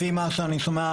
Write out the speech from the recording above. לפי מה שאני שומע,